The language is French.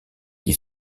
qui